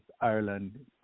ireland